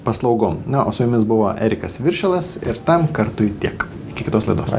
paslaugom na o su jumis buvo erikas viršilas ir tam kartui tiek iki kitos laidos